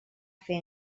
fer